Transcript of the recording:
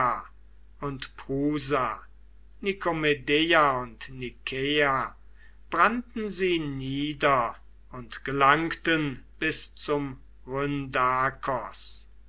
und prusa nikomedeia und nikaea brannten sie nieder und gelangten bis zum